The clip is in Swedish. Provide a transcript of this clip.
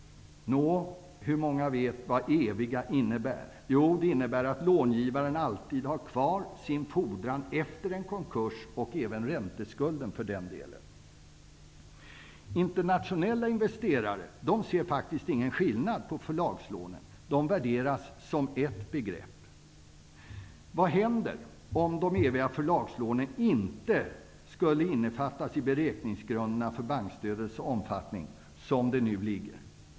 Hur många vet vad ''eviga'' i detta fall innebär? Jo, det innebär att långivaren alltid har kvar sin fordran och för den del även ränteskuld efter en konkurs. Internationella investerare ser faktiskt ingen skillnad mellan förlagslån och andra lån -- utan behandlar dem som ett begrepp. Vad händer om de eviga förlagslånen inte skulle innefattas i beräkningsgrunderna för bankstödets omfattning, något som nu blir fallet?